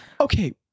okay